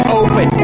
open